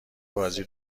بازی